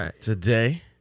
today